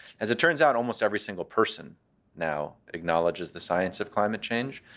as it turns out, almost every single person now acknowledges the science of climate change.